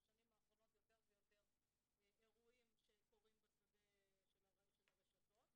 בשנים האחרונות יותר ויותר אירועים שקורים בשדה של הרשתות,